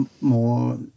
more